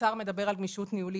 האוצר פה מדבר על גמישות ניהולית,